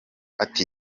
ati